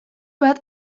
bat